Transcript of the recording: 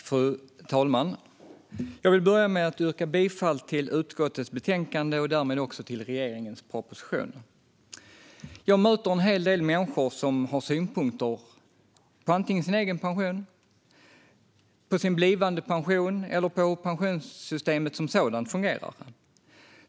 Fru talman! Jag vill börja med att yrka bifall till förslaget i utskottets betänkande och därmed också till regeringens proposition. Jag möter en hel del människor som har synpunkter på antingen sin egen pension, sin blivande pension eller på pensionssystemet som sådant.